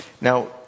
Now